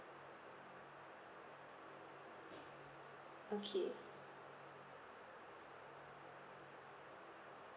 okay